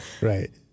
Right